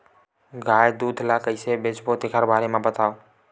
गाय दूध ल कइसे बेचबो तेखर बारे में बताओ?